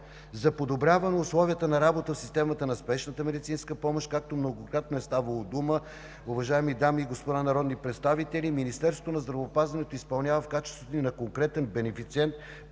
За подобряване условията на работа в системата на спешната медицинска помощ, както многократно е ставало дума, уважаеми дами и господа народни представители, Министерството на здравеопазването изпълнява в качеството си на конкретен бенефициент